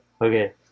Okay